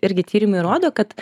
irgi tyrimai rodo kad